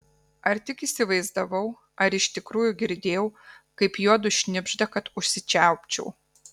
ar tik įsivaizdavau ar iš tikrųjų girdėjau kaip juodu šnibžda kad užsičiaupčiau